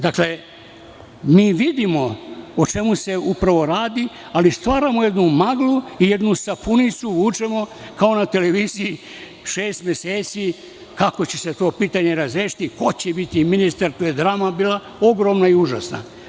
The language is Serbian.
Dakle, mi vidimo o čemu se upravo radi, ali stvaramo jednu maglu i jednu sapunicu vučemo kao na televiziji šest meseci, kako će se to pitanje razrešiti, ko će biti ministar, tu je drama bila ogromna i užasna.